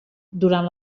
durant